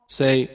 say